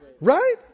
Right